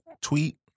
tweet